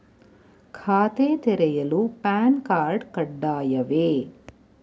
ಖಾತೆ ತೆರೆಯಲು PAN card ಕಡ್ಡಾಯವೇ?